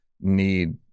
need